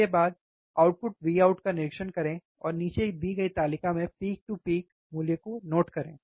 इसके बाद output Vout का निरीक्षण करें और नीचे दी गई तालिका में पीक टू पीक मूल्य को लिख लें